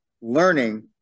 learning